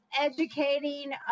educating